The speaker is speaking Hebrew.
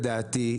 לדעתי,